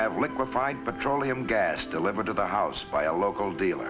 have liquefied petroleum gas delivered to the house by a local deal